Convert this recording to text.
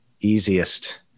easiest